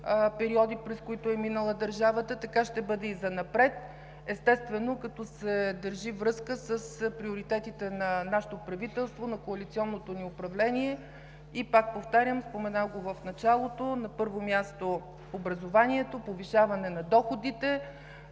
периоди, през които е минала държавата. Така ще бъде и занапред, естествено, като се държи връзка с приоритетите на нашето правителство, на коалиционното ни управление. Пак повтарям, споменах го в началото, на първо място е образованието, повишаване на доходите.